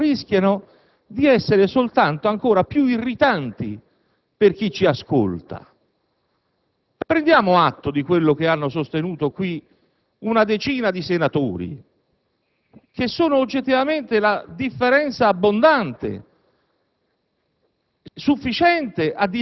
Le nostre chiacchiere rischiano di essere soltanto ancora più irritanti per chi ci ascolta. Prendiamo atto di quanto hanno sostenuto qui una decina di senatori che rappresentano oggettivamente quella differenza abbondante